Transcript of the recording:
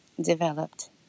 developed